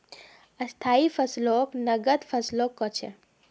स्थाई फसलक नगद फसलो कह छेक